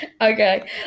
Okay